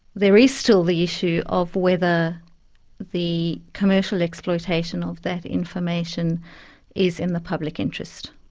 there is still the issue of whether the commercial exploitation of that information is in the public interest.